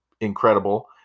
incredible